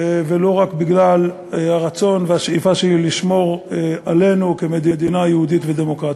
ולו רק בגלל הרצון והשאיפה שלי לשמור עלינו כמדינה יהודית ודמוקרטית.